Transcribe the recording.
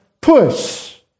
push